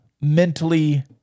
mentally